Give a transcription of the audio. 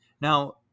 Now